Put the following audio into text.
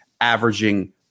averaging